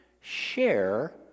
Share